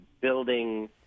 building